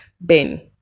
Ben